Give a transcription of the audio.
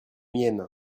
miennes